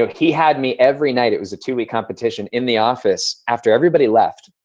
like he had me every night. it was a two-week competition in the office. after everybody left,